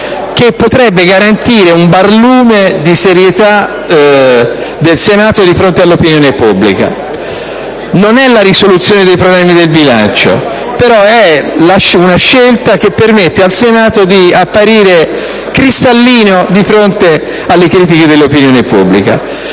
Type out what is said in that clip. che potrebbe garantire un barlume di serietà del Senato di fronte all'opinione pubblica. Non è la risoluzione dei problemi del bilancio, però è una scelta che permette al Senato di apparire cristallino di fronte alle critiche dell'opinione pubblica.